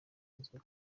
nzoga